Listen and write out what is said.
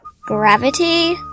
Gravity